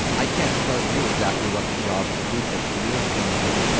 i can't tell you exactly what the jobs will be fifty years from now,